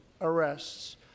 arrests